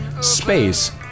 space